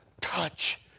touch